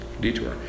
detour